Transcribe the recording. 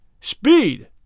Speed